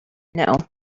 know